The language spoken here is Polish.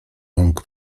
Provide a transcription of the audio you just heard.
rąk